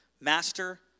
Master